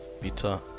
Peter